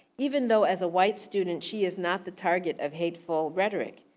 even though as a white student she is not the target of hateful rhetoric.